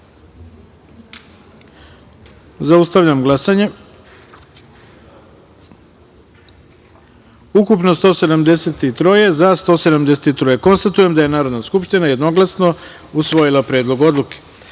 taster. Zaustavljam glasanje: ukupno - 173, za - 173.Konstatujem da je Narodna skupština jednoglasno usvojila Predlog odluke. Peta